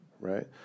right